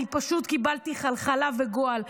אני פשוט קיבלתי חלחלה וגועל.